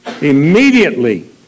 Immediately